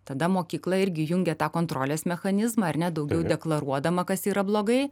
tada mokykla irgi jungia tą kontrolės mechanizmą ar ne daugiau deklaruodama kas yra blogai